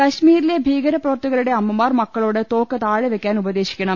കശ്മീരിലെ ഭീകരപ്രവർത്തകരുടെ അമ്മമാർ മക്കളോട് തോക്ക് താഴെവെക്കാൻ ഉപദേശിക്കണം